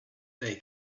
they